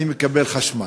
אני מקבל חשמל.